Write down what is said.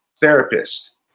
therapist